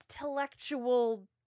intellectual